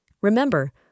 Remember